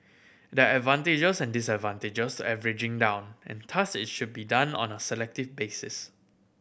there are advantages and disadvantages averaging down and thus it should be done on a selective basis